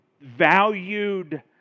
valued